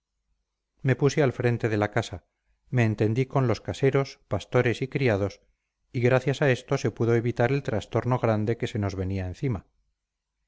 me puse al frente de la casa me entendí con los caseros pastores y criados y gracias a esto se pudo evitar el trastorno grande que se nos venía encima